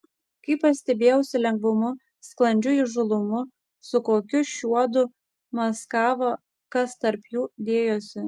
kaip aš stebėjausi lengvumu sklandžiu įžūlumu su kokiu šiuodu maskavo kas tarp jų dėjosi